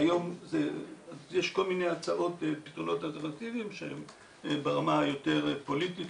והיום יש כל מיני פתרונות אלטרנטיביים שהם ברמה היותר פוליטית,